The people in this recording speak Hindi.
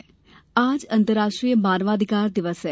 मानवाधिकार आज अंतर्राष्ट्रीय मानवाधिकार दिवस है